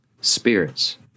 spirits